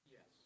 Yes